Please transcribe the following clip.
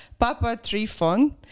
Papatrifon